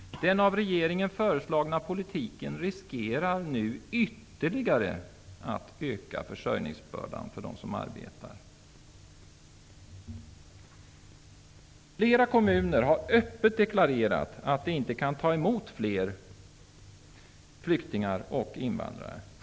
Den av regeringen föreslagna politiken riskerar nu att ytterligare öka försörjningsbördan för dem som arbetar. Flera kommuner har öppet deklarerat att de inte kan ta emot fler flyktingar och invandrare.